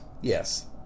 yes